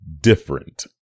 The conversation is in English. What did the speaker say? different